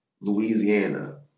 Louisiana